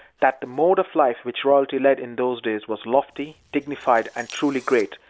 that the mode of life which royalty led in those days was lofty, dignified, and truly great,